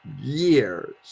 years